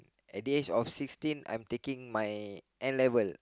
at the age of sixteen I taking my N-level